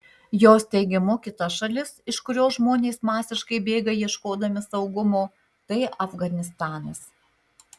jos teigimu kita šalis iš kurios žmonės masiškai bėga ieškodami saugumo tai afganistanas